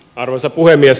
arvoisa puhemies